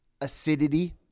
acidity